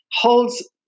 holds